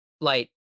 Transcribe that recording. light